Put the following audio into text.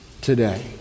today